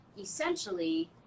essentially